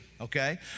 Okay